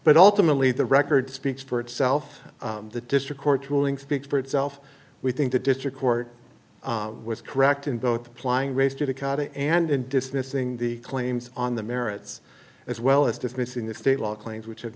but ultimately the record speaks for itself the district court ruling speaks for itself we think the district court was correct in both applying race judicata and dismissing the claims on the merits as well as dismissing the state law claims which have